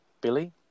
Billy